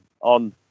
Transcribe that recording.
on